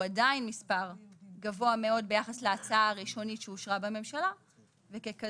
הוא עדיין מספר גבוה מאוד ביחס להצעה הראשונית שאושרה בממשלה וככזה,